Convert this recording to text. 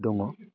दङ